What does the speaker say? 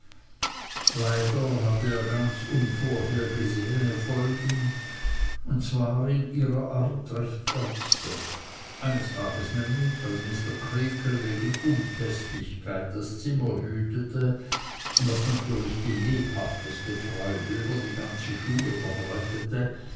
leider hatte er ganz unvorhergesehene folgen und zwar in ihrer art recht ernste eines tages nämlich als mr creakle wegen unpäßlichkeit das zimmer hütete was natürlich die lebhafteste freude über die ganze schule verbreitete